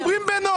הם מדברים בנועם,